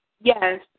Yes